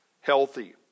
healthy